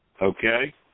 Okay